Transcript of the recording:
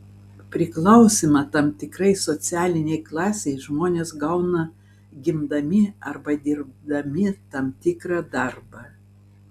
priklausymą tam tikrai socialinei klasei žmonės gauna gimdami arba dirbdami tam tikrą darbą